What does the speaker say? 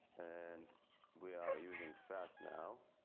and we are using fast now.